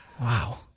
wow